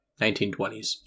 1920s